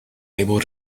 able